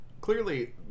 Clearly